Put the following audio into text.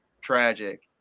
tragic